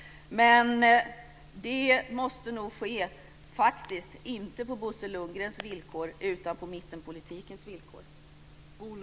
Men det måste nog ske inte på Bosse Lundgrens villkor utan på mittenpolitikens villkor.